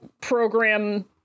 program